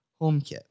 HomeKit